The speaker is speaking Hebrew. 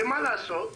ומה לעשות,